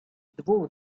dwóch